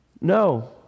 No